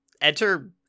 Enter